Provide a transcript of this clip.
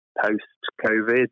post-COVID